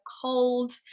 cold